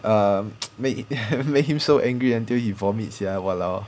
um make him make him so angry until vomit sia !walao!